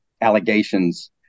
allegations